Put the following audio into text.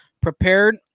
prepared